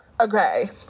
okay